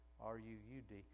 R-U-U-D